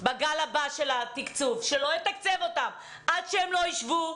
בגל הבא של התקצוב עד שהן לא יישבו,